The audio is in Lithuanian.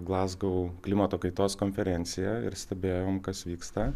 glazgo klimato kaitos konferencija ir stebėjome kas vyksta